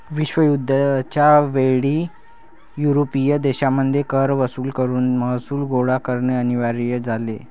विश्वयुद्ध च्या वेळी युरोपियन देशांमध्ये कर वसूल करून महसूल गोळा करणे अनिवार्य झाले